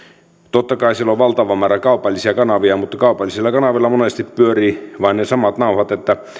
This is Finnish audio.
totta kai siellä on valtava määrä kaupallisia kanavia mutta kaupallisilla kanavilla monesti pyörivät vain ne samat nauhat